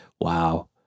wow